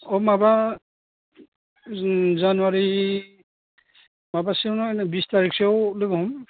अह माबा उम जानुवारि माबासोयाव माहोनो बिस थारिकसोआव लोगो हम